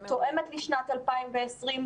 חשיבה שתואמת לשנת 2020,